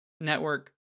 Network